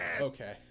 Okay